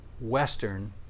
Western